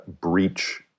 breach